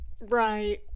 Right